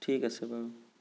ঠিক আছে বাৰু